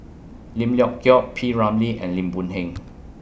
Lim Leong Geok P Ramlee and Lim Boon Heng